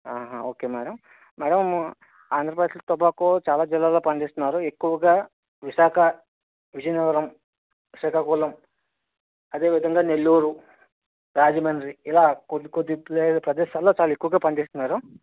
ఆహా okay madam madam Andhra Pradesh tobacco చాలా జిల్లాల్లో పండిస్తున్నారు ఎక్కువగా విశాఖ విజయనగరం శ్రీకాకుళం అదేవిధంగా నెల్లూరు రాజమండ్రి ఇలా కొద్దికొద్ది ప్లేస్ ప్రదేశాల్లో చాలా ఎక్కువగా పండిస్తున్నారు